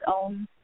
own